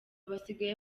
basigaye